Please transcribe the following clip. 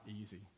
easy